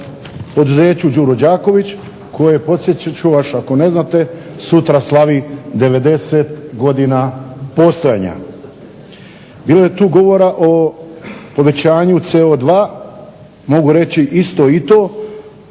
poduzeću Đuro Đaković koje podsjetit ću vas ako ne znate, sutra slavi 90 godina postojanja. Bilo je tu govora o povećanu CO2, mogu reći isto i to